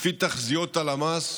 לפי תחזיות הלמ"ס,